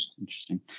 interesting